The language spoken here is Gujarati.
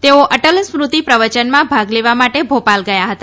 તેઓ અટલ સ્મૃતિ પ્રવચનમાં ભાગ લેવા માટે ભોપાલ ગયા હતા